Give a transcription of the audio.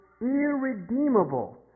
irredeemable